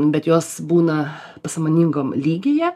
bet jos būna pasąmoningam lygyje